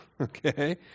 okay